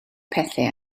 pethau